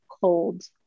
cold